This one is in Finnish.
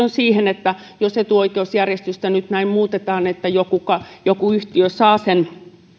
siihen jos etuoikeusjärjestystä nyt näin muutetaan että joku yhtiö saa sen